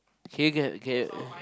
can you get get uh